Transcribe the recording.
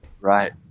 right